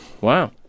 Wow